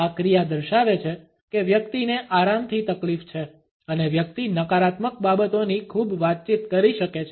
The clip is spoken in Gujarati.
આ ક્રિયા દર્શાવે છે કે વ્યક્તિને આરામથી તકલીફ છે અને વ્યક્તિ નકારાત્મક બાબતોની ખૂબ વાતચીત કરી શકે છે